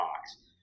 box